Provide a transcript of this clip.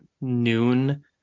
noon